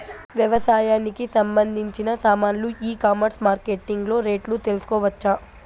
వ్యవసాయానికి సంబంధించిన సామాన్లు ఈ కామర్స్ మార్కెటింగ్ లో రేట్లు తెలుసుకోవచ్చా?